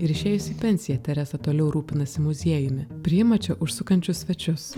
ir išėjus į pensiją teresa toliau rūpinasi muziejumi priima čia užsukančius svečius